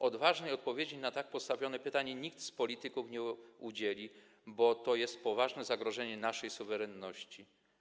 Odważnej odpowiedzi na tak postawione pytanie nikt z polityków nie udzieli, bo to jest poważne zagrożenie naszej suwerenności.